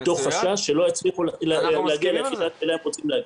מתוך חשש שלא יצליחו להגיע ליחידה אליה הם רוצים להגיע.